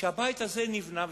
כשהבית הזה נבנה,